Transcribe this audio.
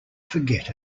forget